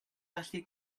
gallu